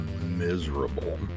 miserable